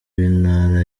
w’intara